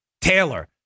Taylor